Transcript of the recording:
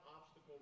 obstacle